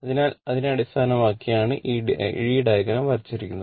അതിനാൽ അതിനെ അടിസ്ഥാനമാക്കിയാണ് ഈ ഡയഗ്രം വരച്ചിരിക്കുന്നത്